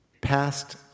past